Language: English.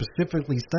specifically